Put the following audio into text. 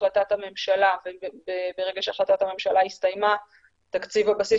החלטת הממשלה וברגע שהחלטת הממשלה הסתיימה תקציב הבסיס